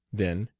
then,